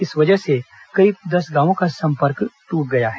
इस वजह से करीब दस गांवों का संपर्क ट्रट गया है